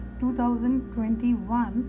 2021